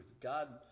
God